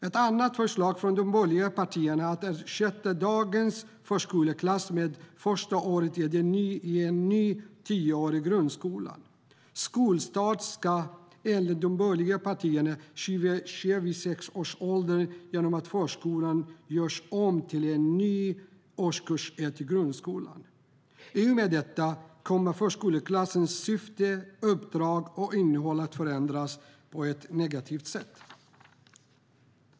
Ett annat förslag från de borgerliga partierna är att ersätta dagens förskoleklass med första året i en ny tioårig grundskola. Skolstart ska, enligt de borgerliga partierna, ske vid sex års ålder genom att förskoleklassen görs om till en ny årskurs 1 i grundskolan. I och med detta kommer förskoleklassens syfte, uppdrag och innehåll att förändras på ett negativt sätt.